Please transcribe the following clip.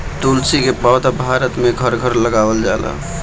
तुलसी के पौधा भारत में घर घर लगावल जाला